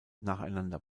nacheinander